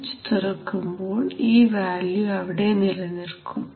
switch തുറക്കുമ്പോൾ ഈ value അവിടെ നിലനിൽക്കും